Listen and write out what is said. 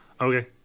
Okay